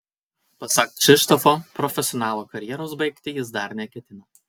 pasak kšištofo profesionalo karjeros baigti jis dar neketina